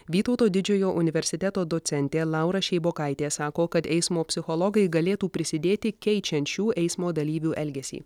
vytauto didžiojo universiteto docentė laura šeibokaitė sako kad eismo psichologai galėtų prisidėti keičiant šių eismo dalyvių elgesį